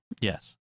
Yes